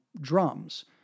drums